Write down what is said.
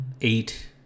eight